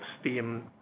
steam